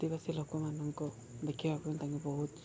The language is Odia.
ଆଦିବାସୀ ଲୋକମାନଙ୍କ ଦେଖିବା ପାଇଁ ତାଙ୍କୁ ବହୁତ